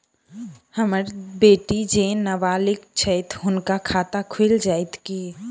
हम्मर बेटी जेँ नबालिग छथि हुनक खाता खुलि जाइत की?